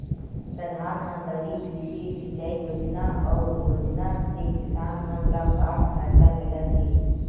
प्रधान मंतरी कृषि सिंचाई योजना अउ योजना से किसान मन ला का सहायता मिलत हे?